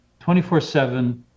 24-7